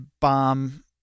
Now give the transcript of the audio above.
bomb